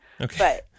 Okay